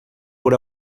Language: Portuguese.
por